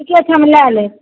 एके ठाम लऽ लेब